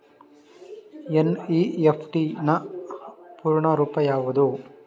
NEFT ನ ಪೂರ್ಣ ರೂಪ ಯಾವುದು?